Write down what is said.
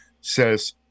says